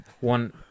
One